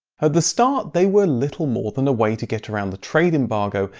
the start they were little more than a way to get around the trade embargo,